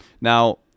Now